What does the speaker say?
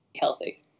healthy